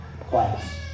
class